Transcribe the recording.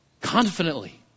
Confidently